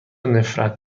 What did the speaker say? نفرت